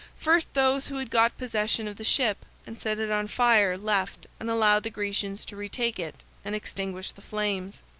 first those who had got possession of the ship and set it on fire left and allowed the grecians to retake it and extinguish the flames.